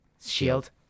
Shield